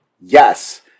Yes